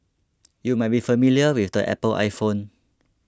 you might be familiar with the Apple iPhone